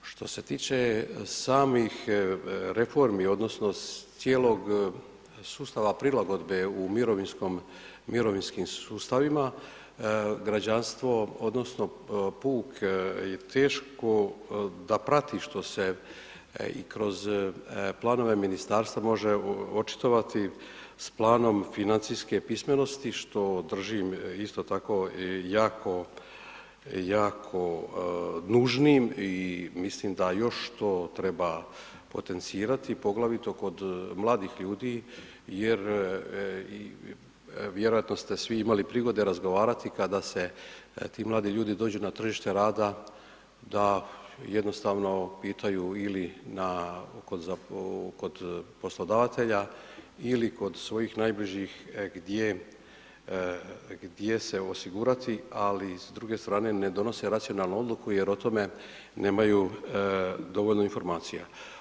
Što se tiče samih reformi odnosno cijelog sustava prilagodbe u mirovinskom, mirovinskim sustavima, građanstvo odnosno puk je teško da prati što se i kroz planove ministarstva može očitovati s planom financijske pismenosti, što držim isto tako i jako, jako nužnim i mislim da još to treba potencirati, poglavito kod mladih ljudi jer vjerojatno ste svi imali prigode razgovarati kada se ti mladi ljudi dođu na tržište rada da jednostavno pitaju ili na, kod poslodavatelja ili kod svojih najbližih, gdje, gdje se osigurati, ali s druge strane ne donose racionalnu odluku jer o tome nemaju dovoljno informacija.